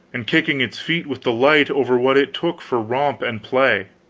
and kicking its feet with delight over what it took for romp and play.